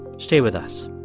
stay with us.